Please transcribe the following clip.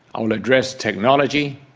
i will address technology,